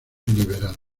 liberado